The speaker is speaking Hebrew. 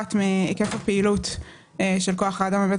נובעת מהיקף הפעילות של כוח האדם בבית